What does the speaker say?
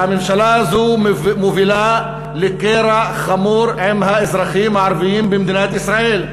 והממשלה הזאת מובילה לקרע חמור עם האזרחים הערבים במדינת ישראל.